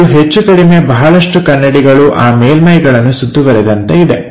ಇದು ಹೆಚ್ಚುಕಡಿಮೆ ಬಹಳಷ್ಟು ಕನ್ನಡಿಗಳು ಆ ಮೇಲ್ಮೈಗಳನ್ನು ಸುತ್ತುವರಿದಂತೆ ಇದೆ